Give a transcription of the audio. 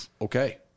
okay